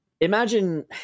Imagine